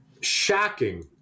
shocking